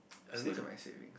I have to look at my savings